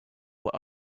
what